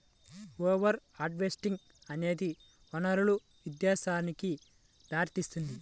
over harvesting అనేది వనరుల విధ్వంసానికి దారితీస్తుంది